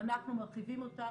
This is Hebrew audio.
שאנחנו מרחיבים אותה,